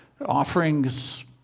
Offerings